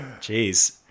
Jeez